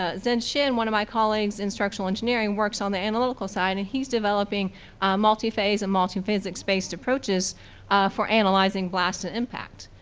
ah zhi and chin, one of my colleagues in structural engineering, works on the analytical side and he's developing multi-phase and multi physics-based approaches for analyzing blast and impact.